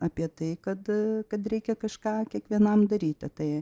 apie tai kad kad reikia kažką kiekvienam daryti tai